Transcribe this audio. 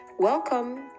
Welcome